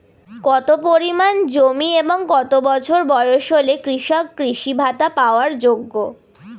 কত পরিমাণ জমি এবং কত বছর বয়স হলে কৃষক কৃষি ভাতা পাওয়ার যোগ্য?